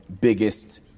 biggest